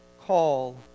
Call